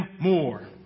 more